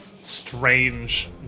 strange